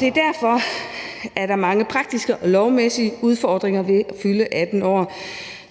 derfor, at der er mange praktiske og lovmæssige udfordringer ved at fylde 18 år,